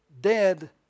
dead